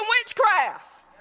witchcraft